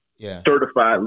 Certified